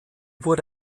wurde